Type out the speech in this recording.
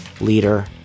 leader